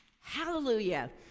Hallelujah